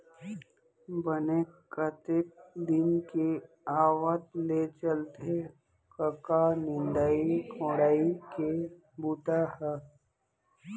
बने कतेक दिन के आवत ले चलथे कका निंदई कोड़ई के बूता ह?